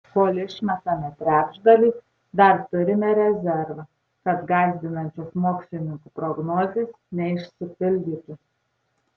kol išmetame trečdalį dar turime rezervą kad gąsdinančios mokslininkų prognozės neišsipildytų